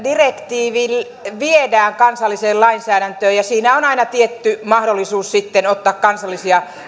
direktiivi viedään kansalliseen lainsäädäntöön ja siinä on aina tietty mahdollisuus sitten ottaa kansallisia